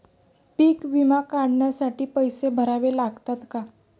पीक विमा काढण्यासाठी पैसे भरावे लागतात का?